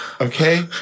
Okay